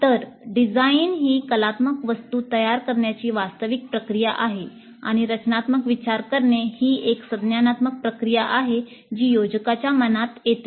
तर डिझाइन ही कलात्मक वस्तू तयार करण्याची वास्तविक प्रक्रिया आहे आणि रचनात्मक विचार करणे ही एक संज्ञानात्मक प्रक्रिया आहे जी योजकांच्या मनात येते